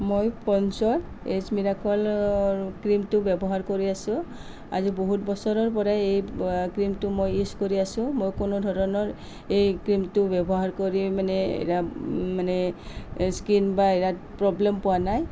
মই প'ন্ডচৰ এইজ মিৰাকলৰ ক্ৰিমটো ব্যৱহাৰ কৰি আছোঁ আজি বহুত বছৰৰ পৰাই এই ক্ৰিমটো মই ইউজ কৰি আছোঁ মোৰ কোনো ধৰণৰ এই ক্ৰিমটো ব্যৱহাৰ কৰি মানে মানে স্কিন বা ইয়াত প্ৰৱ্লেম পোৱা নাই